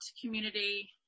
community